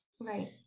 right